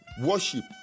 worship